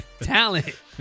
Talent